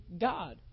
God